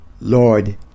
Lord